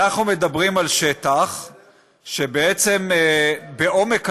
אנחנו מדברים על שטח שבעומק הים,